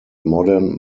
modern